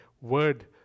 word